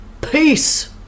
peace